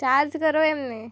charge કરો એમને